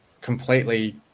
completely